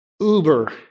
uber